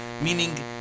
meaning